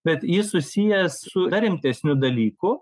bet jis susijęs su dar rimtesniu dalyku